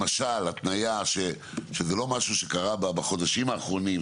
למשל התניה שזה לא משהו שקרה בחודשים האחרונים,